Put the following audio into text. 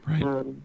Right